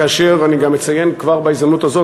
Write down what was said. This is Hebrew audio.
כאשר אני גם מציין כבר בהזדמנות הזאת